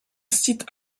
site